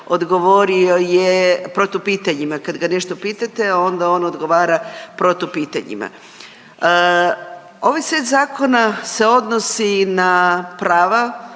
odgovorio je protupitanjima, kad ga nešto pitate onda on odgovara protupitanjima. Ovaj set zakona se odnosi na prava